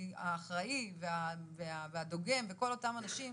כי האחראי והדוגם וכל אותם אנשים